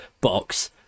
box